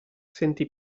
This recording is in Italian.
sentì